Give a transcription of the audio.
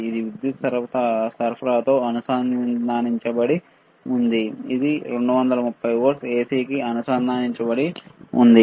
ఇది విద్యుత్ సరఫరాతో అనుసంధానించబడి ఉంది ఇది 230 వోల్ట్ల ఎసికి అనుసంధానించబడి ఉంది